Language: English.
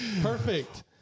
perfect